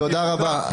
תודה רבה.